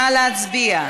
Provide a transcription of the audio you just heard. נא להצביע.